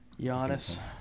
Giannis